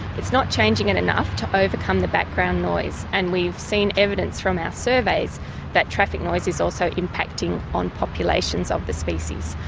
it's not changing it enough to overcome the background noise, noise, and we've seen evidence from our surveys that traffic noise is also impacting on populations of the species.